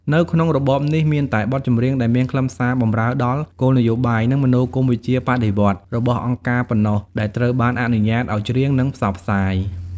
នៅក្នុងរបបនេះ មានតែបទចម្រៀងដែលមានខ្លឹមសារបម្រើដល់ គោលនយោបាយ និងមនោគមវិជ្ជាបដិវត្តន៍ របស់អង្គការប៉ុណ្ណោះដែលត្រូវបានអនុញ្ញាតឱ្យច្រៀង និងផ្សព្វផ្សាយ។